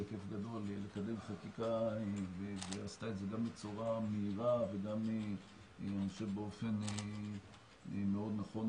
והיא עשתה את זה גם בצורה מהירה ובאופן מאוד נכון